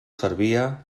servia